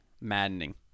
Maddening